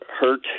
hurt